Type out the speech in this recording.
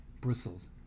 bristles